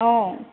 অঁ